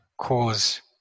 cause